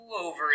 over